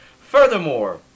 Furthermore